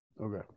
Okay